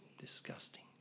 disgusting